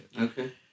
Okay